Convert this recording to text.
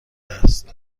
است